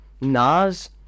Nas